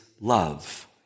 love